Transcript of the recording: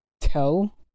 tell